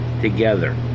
together